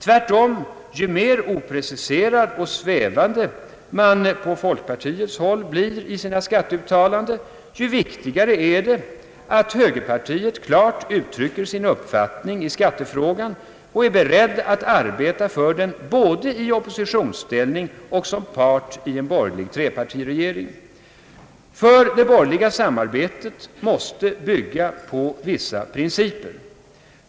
Tvärtom, ju mer opreciserad och svävande man på folkpartihåll blir i sina skatteuttalanden, ju viktigare är det att högerpartiet klart uttrycker sin uppfattning i skattefrågan och att det är berett att arbeta för den både i oppositionsställning och som part i en borgerlig trepartiregering. Ty det borgerliga samarbetet måste bygga på vissa principer.